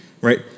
right